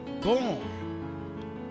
born